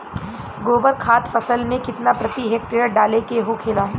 गोबर खाद फसल में कितना प्रति हेक्टेयर डाले के होखेला?